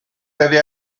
avez